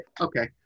okay